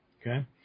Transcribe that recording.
Okay